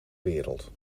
wereld